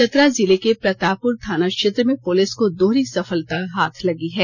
चतरा जिले के प्रतापपुर थाना क्षेत्र में पुलिस को दोहरी सफलता हाथ लगी है